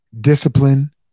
discipline